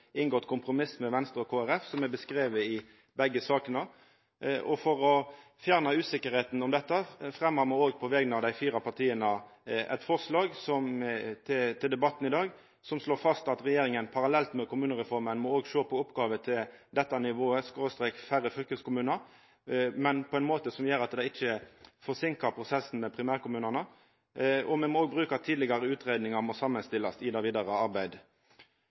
inngått kompromiss med Venstre og Kristeleg Folkeparti, slik det er gjort greie for i begge sakene. For å fjerna uvissa om dette fremma me òg, på vegner av dei fire partia, eit forslag til debatten i dag som slår fast at regjeringa parallelt med kommunereforma òg må sjå på oppgåver til dette nivået eller færre fylkeskommunar, men på ein måte som ikkje forsinkar prosessen med primærkommunane. Me må òg bruka og samanstilla tidlegare utgreiingar i det vidare